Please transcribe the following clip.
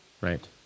Right